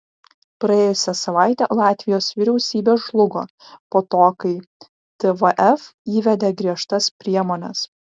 praėjusią savaitę latvijos vyriausybė žlugo po to kai tvf įvedė griežtas priemones